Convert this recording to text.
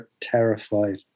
terrified